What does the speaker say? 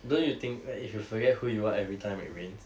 don't you think that if you forget who you are everytime it rains